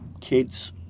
kids